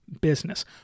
business